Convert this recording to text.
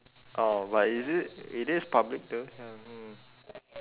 oh but is it it is public though hmm